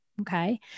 Okay